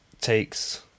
takes